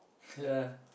yeah